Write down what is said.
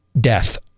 death